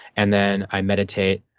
and then i meditate,